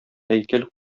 һәйкәл